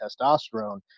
testosterone